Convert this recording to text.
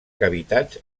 cavitats